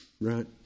right